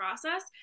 process